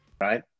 right